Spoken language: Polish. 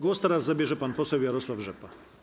Głos teraz zabierze pan poseł Jarosław Rzepa.